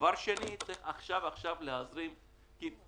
דבר שני, צריך עכשיו עכשיו להזרים כספים.